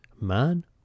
Man